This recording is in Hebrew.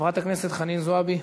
חברת הכנסת חנין זועבי.